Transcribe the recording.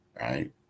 right